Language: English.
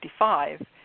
1955